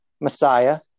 Messiah